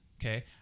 Okay